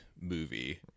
movie